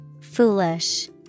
Foolish